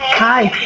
hi!